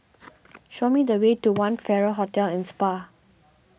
show me the way to one Farrer Hotel and Spa